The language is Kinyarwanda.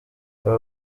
aba